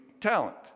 talent